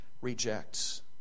rejects